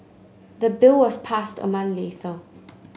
the bill was passed a month later